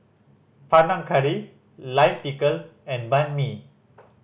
Panang Curry Lime Pickle and Banh Mi